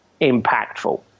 impactful